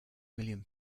million